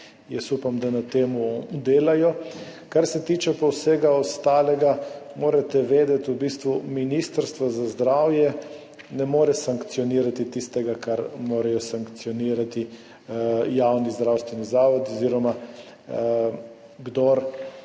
Upam, da na tem delajo. Kar se tiče pa vsega ostalega, morate vedeti, da Ministrstvo za zdravje ne more sankcionirati tistega, kar morajo sankcionirati javni zdravstveni zavodi oziroma kdor